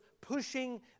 pushing